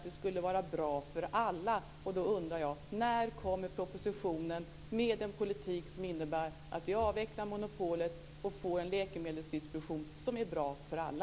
Det skulle vara bra för alla. Då undrar jag: När kommer propositionen med en politik som innebär att vi avvecklar monopolet och får en läkemedelsdistribution som är bra för alla?